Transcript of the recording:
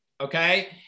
Okay